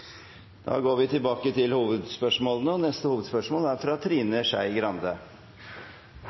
Da går vi til neste hovedspørsmål. Nord-Norge er